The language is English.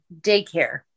daycare